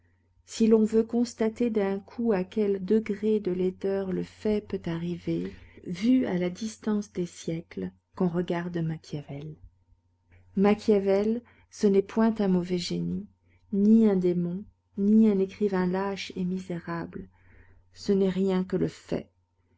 si l'on veut constater d'un coup à quel degré de laideur le fait peut arriver vu à la distance des siècles qu'on regarde machiavel machiavel ce n'est point un mauvais génie ni un démon ni un écrivain lâche et misérable ce n'est rien que le fait